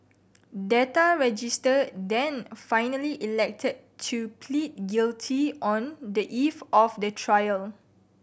Data Register then finally elected to plead guilty on the eve of the trial